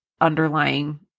underlying